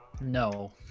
No